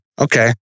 Okay